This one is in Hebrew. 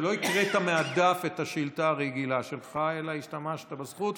ולא הקראת מהדף את השאילתה הרגילה שלך אלא השתמשת בזכות.